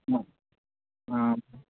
మ